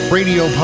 Radio